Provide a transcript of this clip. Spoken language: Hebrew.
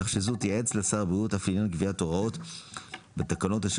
כך שזו תייעץ לשר הבריאות אף לעניין קביעת הוראות בתקנות אשר